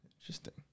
Interesting